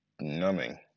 numbing